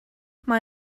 mae